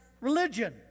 religion